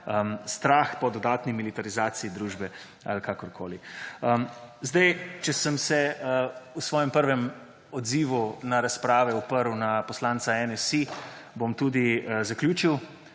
strah po dodatni militarizaciji družbe ali kakorkoli. Če sem se v svojem prvem odzivu na razprave oprl na poslanca NSi, bom tudi zaključil